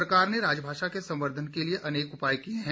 सरकार ने राजभाषा के संवर्धन के लिए अनेक उपाय किये हैं